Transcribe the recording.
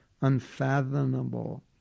unfathomable